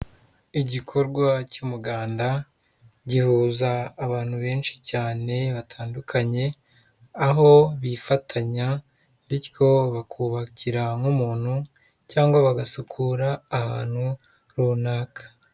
Igikorwa cy'umuganda gihuza abantu benshi cyane batandukanye, aho bifatanya bityo bakubakira nk'umuntu cyangwa bagasukura ahantu runaka.